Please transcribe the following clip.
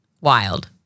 Wild